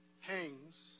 hangs